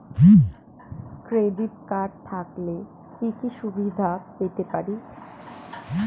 Credit card থাকলে কি কি সুবিধা পেতে পারি?